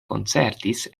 koncertis